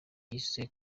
yise